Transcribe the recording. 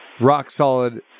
rock-solid